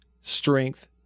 strength